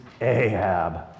Ahab